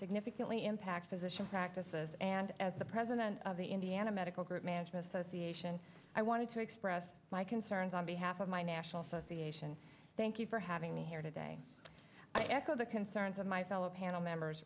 significantly impact physician practices and as the president of the indiana medical group management association i wanted to express my concerns on behalf of my national south asian thank you for having me here today i echo the concerns of my fellow panel members